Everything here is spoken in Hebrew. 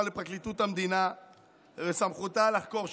לפרקליטות המדינה ובסמכותה לחקור שוטרים.